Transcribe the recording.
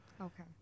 Okay